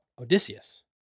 Odysseus